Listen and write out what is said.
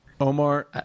Omar